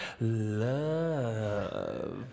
love